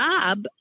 job